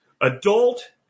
Adult